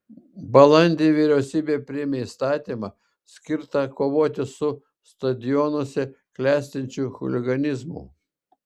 balandį vyriausybė priėmė įstatymą skirtą kovoti su stadionuose klestinčiu chuliganizmu